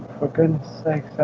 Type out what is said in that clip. for goodness sakes,